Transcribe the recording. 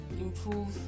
improve